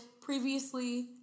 previously